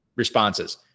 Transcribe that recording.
responses